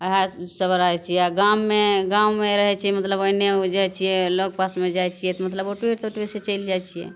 वएहसब रहै छिए गाममे गाममे रहै छिए मतलब एन्ने ओन्ने जाइ छिए मतलब लगपासमे जाइ छिए तऽ मतलब ऑटोए तॉटोएसे चलि जाइ छिए